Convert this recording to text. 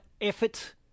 effort